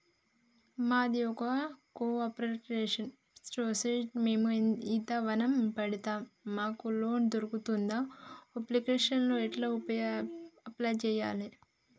మాది ఒక cooperative society మేము ఈత వనం పెడతం మాకు లోన్ దొర్కుతదా? అప్లికేషన్లను ఎట్ల అప్లయ్ చేయాలే?